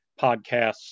podcasts